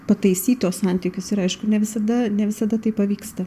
pataisyt tuos santykius ir aišku ne visada ne visada tai pavyksta